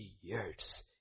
years